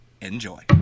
enjoy